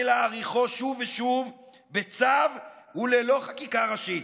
להאריכו שוב ושוב בצו וללא חקיקה ראשית,